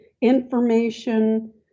information